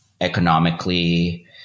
economically